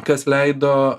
kas leido